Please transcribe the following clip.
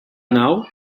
nau